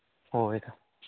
ꯍꯣꯏ ꯍꯣꯏ ꯏꯇꯥꯎ